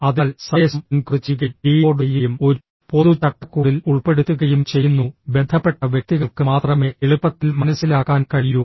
അതിനാൽ സന്ദേശം എൻകോഡ് ചെയ്യുകയും ഡീകോഡ് ചെയ്യുകയും ഒരു പൊതു ചട്ടക്കൂടിൽ ഉൾപ്പെടുത്തുകയും ചെയ്യുന്നു ബന്ധപ്പെട്ട വ്യക്തികൾക്ക് മാത്രമേ എളുപ്പത്തിൽ മനസ്സിലാക്കാൻ കഴിയൂ